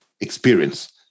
experience